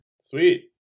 Sweet